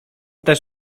też